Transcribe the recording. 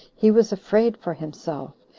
he was afraid for himself,